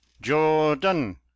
Jordan